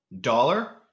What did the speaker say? dollar